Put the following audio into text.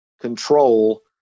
control